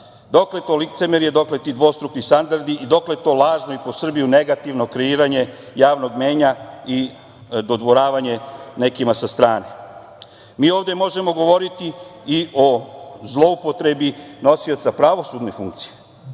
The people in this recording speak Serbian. Dokle to licemerje? Dokle ti dvostruki standardi? Dokle to lažno i po Srbiju negativno kreiranje javnog mnjenja i dodvoravanje nekima sa strane? Mi ovde možemo govoriti i o zloupotrebi nosioca pravosudne funkcije.